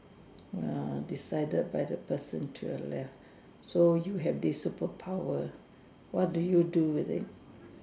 uh decided by the person to your left so you have this superpower what do you do with it